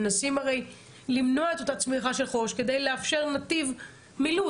מנסים למנוע את אותה צמיחה של חורש כדי לאפשר נתיב מילוט.